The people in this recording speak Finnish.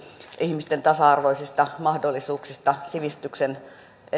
ihmisten tasa arvoisista mahdollisuuksista sivistyksen